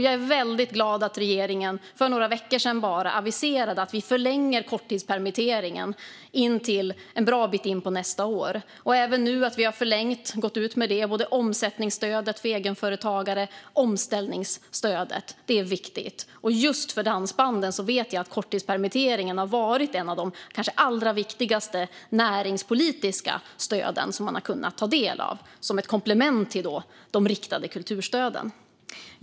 Jag är mycket glad att regeringen för några veckor sedan aviserade att vi förlänger stödet till korttidspermittering en bra bit in på nästa år. Vi har också gått ut med en förlängning av omsättningsstödet för egenföretagare och omställningsstödet. Det är viktigt. Just för dansbanden vet vi att korttidspermitteringarna har varit ett av de allra viktigaste näringspolitiska stöden som ett komplement till de riktade kulturstöden.